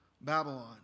Babylon